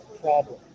problem